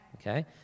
okay